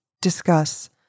discuss